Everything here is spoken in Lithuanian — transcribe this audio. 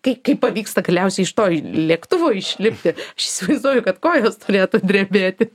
kai kaip pavyksta galiausiai iš to lėktuvo išlipti š įsivaizduoju kad kojos turėtų drebėti